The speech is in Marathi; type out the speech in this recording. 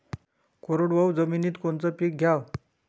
कोरडवाहू जमिनीत कोनचं पीक घ्याव?